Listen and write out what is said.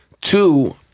Two